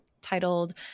titled